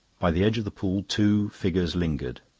by the edge of the pool two figures lingered.